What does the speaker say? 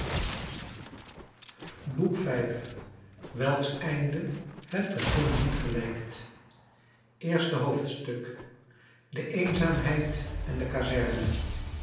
boek v welks einde het begin niet gelijkt i de eenzaamheid en de kazerne